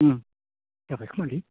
जाबाय खोमालै